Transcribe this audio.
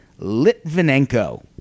Litvinenko